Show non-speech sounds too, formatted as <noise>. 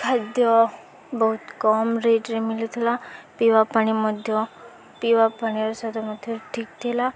ଖାଦ୍ୟ ବହୁତ କମ ରେଟ୍ରେ ମିଳୁଥିଲା ପିଇବା ପାଣି ମଧ୍ୟ ପିଇବା ପାଣିର <unintelligible> ମଧ୍ୟ ଠିକ୍ ଥିଲା